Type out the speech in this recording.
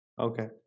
Okay